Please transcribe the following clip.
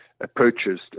approaches